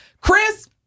Chris